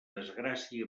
desgràcia